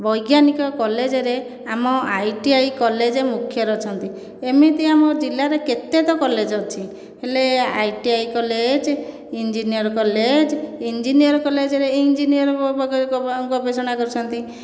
ବୈଜ୍ଞାନିକ କଲେଜରେ ଆମ ଆଇଟିଆଇ କଲେଜ ମୁଖ୍ୟରେ ଅଛନ୍ତି ଏମିତି ଆମ ଜିଲ୍ଲାରେ କେତେ ତ କଲେଜ ଅଛି ହେଲେ ITI college engineer college engineer କଲେଜରେ ଇଞ୍ଜିନିୟର ଗବେଷଣା କରିଛନ୍ତି